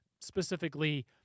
specifically